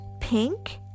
pink